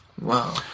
Wow